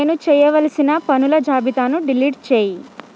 నేను చేయవలసిన పనుల జాబితాను డిలీట్ చేయి